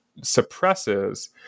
suppresses